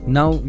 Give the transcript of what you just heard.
now